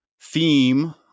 theme